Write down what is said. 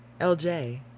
LJ